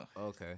Okay